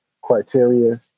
criteria